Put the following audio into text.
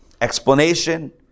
explanation